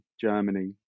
Germany